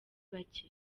bake